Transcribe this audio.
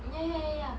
ya ya ya ya